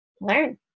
learn